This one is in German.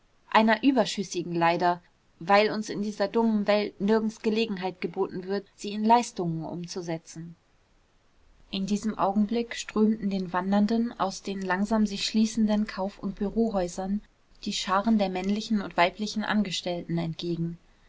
einer überschüssigen leider weil uns in dieser dummen welt nirgends gelegenheit geboten wird sie in leistungen umzusetzen in diesem augenblick strömten den wandernden aus den langsam sich schließenden kauf und bureauhäusern die scharen der männlichen und weiblichen angestellten entgegen